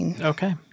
Okay